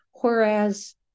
Whereas